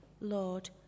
Lord